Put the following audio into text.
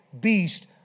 beast